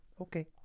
Okay